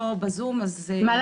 מה